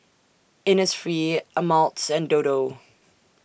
Innisfree Ameltz and Dodo